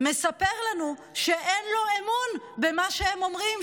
מספר לנו שאין לו אמון במה שהם אומרים,